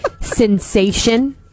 Sensation